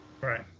Right